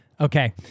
Okay